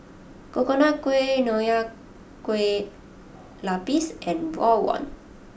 Coconut Kuih Nonya Kueh Lapis and Rawon